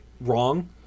wrong